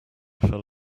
fell